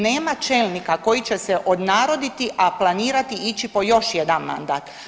Nema čelnika koji će se odnaroditi, a planirati ići po još jedan mandat.